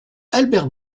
albert